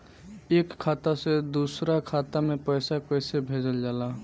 एक खाता से दूसरा खाता में पैसा कइसे भेजल जाला?